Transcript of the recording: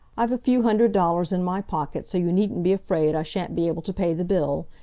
i've a few hundred dollars in my pocket, so you needn't be afraid i shan't be able to pay the bill.